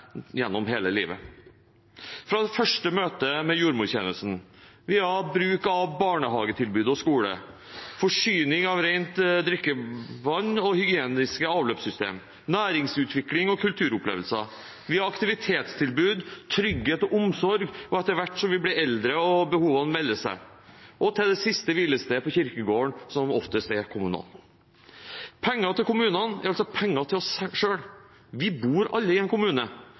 gjennom hele livet: fra det første møtet med jordmortjenesten, via bruk av barnehagetilbud og skole, forsyning av rent drikkevann og hygieniske avløpssystemer, næringsutvikling og kulturopplevelser, via aktivitetstilbud, trygghet og omsorg etter hvert som vi blir eldre og behovene melder seg, og til det siste hvilestedet på kirkegården, som oftest er kommunal. Penger til kommunene er altså penger til oss selv. Vi bor alle i en kommune.